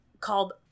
called